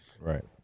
Right